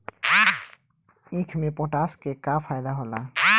ईख मे पोटास के का फायदा होला?